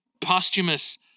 posthumous